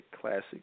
classic